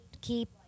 keep